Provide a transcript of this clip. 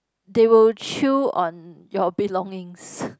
they will chew on your belongings